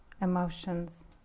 emotions